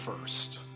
first